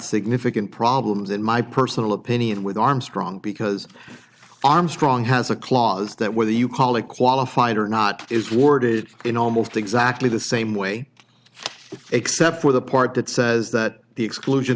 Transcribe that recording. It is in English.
significant problems in my personal opinion with armstrong because armstrong has a clause that whether you call it qualified or not is worded in almost exactly the same way except for the part that says that the exclusion